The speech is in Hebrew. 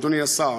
אדוני השר,